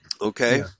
okay